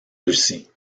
russie